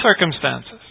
circumstances